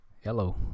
hello